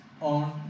on